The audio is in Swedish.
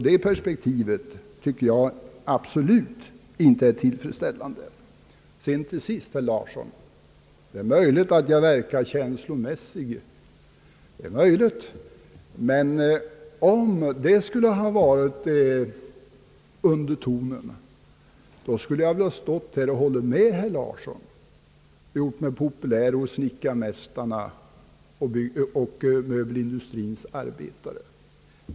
Det perspektivet tycker jag absolut inte är tillfredsställande. Till sist, herr Larsson: Det är möjligt att jag verkade känslomässig, men om det hade varit undertonen, skulle jag väl ha stått här och hållit med herr Larsson — gjort mig populär hos snickarmästarna och möbelindustrins arbetare.